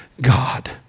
God